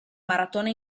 maratona